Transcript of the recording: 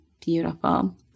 Beautiful